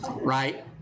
Right